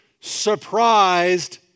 Surprised